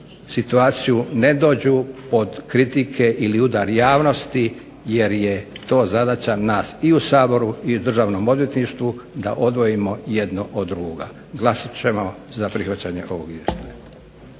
ne dođu pod kritike ili udar javnosti jer je to zadaća nas i u Saboru i u Državnom odvjetništvu da odvojimo jedno od drugoga. Glasat ćemo za prihvaćanje ovog Izvještaja.